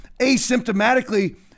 asymptomatically